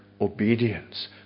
obedience